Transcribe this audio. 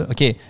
Okay